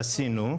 עשינו.